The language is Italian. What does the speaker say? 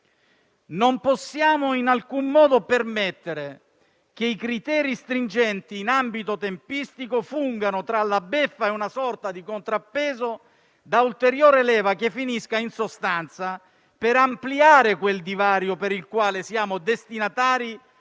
Non possiamo in alcun modo permettere che i criteri stringenti in ambito tempistico fungano, tra la beffa e una sorta di contrappeso, da ulteriore leva che finisca in sostanza per ampliare quel divario per il quale siamo destinatari